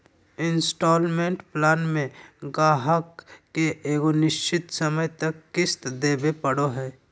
instalment plan मे गाहक के एगो निश्चित समय तक किश्त देवे पड़ो हय